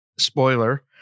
spoiler